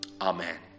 amen